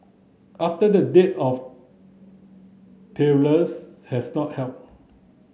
after the dearth of tailors has not helped